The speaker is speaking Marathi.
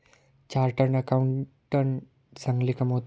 चार्टर्ड अकाउंटंट चांगले कमावतो